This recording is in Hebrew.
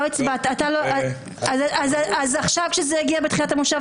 אז עכשיו כשזה הגיע בתחילת המושב,